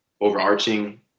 overarching